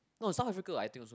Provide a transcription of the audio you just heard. no South Africa I think also